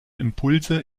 impulse